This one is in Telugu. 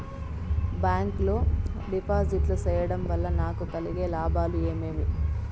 బ్యాంకు లో డిపాజిట్లు సేయడం వల్ల నాకు కలిగే లాభాలు ఏమేమి?